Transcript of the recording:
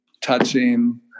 touching